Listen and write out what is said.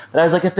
but i was like,